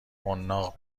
حناق